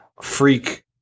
freak